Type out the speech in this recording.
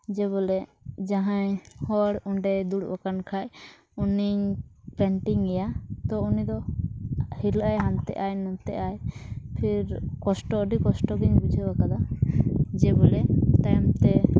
ᱡᱮ ᱵᱚᱞᱮ ᱡᱟᱦᱟᱸᱭ ᱦᱚᱲ ᱚᱸᱰᱮᱭ ᱫᱩᱲᱩᱵ ᱟᱠᱟᱱ ᱠᱷᱟᱡ ᱩᱱᱤᱧ ᱮᱭᱟ ᱛᱳ ᱩᱱᱤᱫᱚ ᱦᱤᱞᱟᱹᱜᱼᱟᱭ ᱦᱟᱱᱛᱮᱜᱼᱟᱭ ᱱᱷᱟᱛᱮᱜᱼᱟᱭ ᱯᱷᱤᱨ ᱠᱚᱥᱴᱚ ᱟᱹᱰᱤ ᱠᱚᱥᱴᱚᱜᱮᱧ ᱵᱩᱡᱷᱟᱹᱣ ᱟᱠᱟᱫᱟ ᱡᱮ ᱵᱚᱞᱮ ᱛᱟᱭᱚᱢ ᱛᱮ